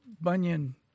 Bunyan